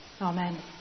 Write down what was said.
Amen